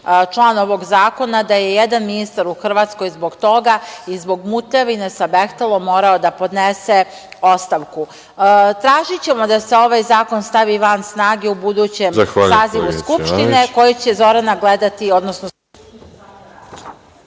član ovog zakona, da je jedan ministar u Hrvatskoj zbog toga i zbog mutljavine sa „Behtelom“ morao da podnese ostavku. Tražićemo da se ovaj zakon stavi van snage u budućem sazivu Skupštine, koji će Zorana gledati, odnosno…